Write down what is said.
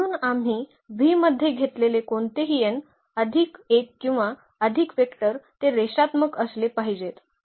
म्हणून आम्ही V मध्ये घेतलेले कोणतेही n अधिक 1 किंवा अधिक वेक्टर ते रेषात्मक असले पाहिजेत